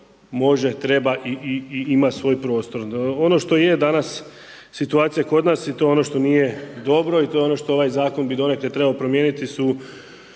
može, treba i ima svoj prostor. Ono što je danas, situacija kod nas, ono što nije dobro i to ono što ovaj zakon bi donekle trebao promijeniti su